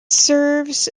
serves